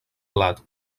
blat